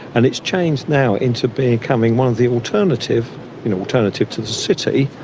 and it's changed now into becoming one of the alternatives you know alternatives to the city,